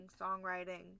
songwriting